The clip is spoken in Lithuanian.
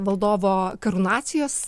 valdovo karūnacijos